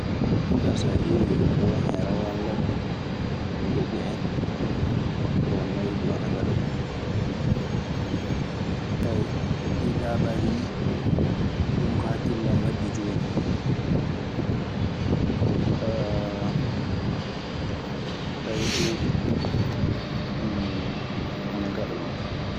Ɗun kaa so a ƴeewi won hen ana waala ladde, ndoɓɓu en. Bon nay duu ana ngaɗa ɗun. ɗii daabaaji nii woni ko hakkille an waddi jooni, taweeteeɗi ana ngaɗa ɗun.